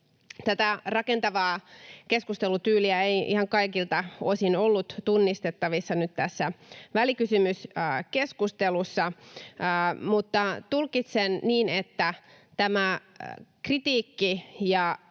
Tätä rakentavaa keskustelutyyliä ei ihan kaikilta osin ollut tunnistettavissa nyt tässä välikysymyskeskustelussa, mutta tulkitsen niin, että tämä kritiikki ja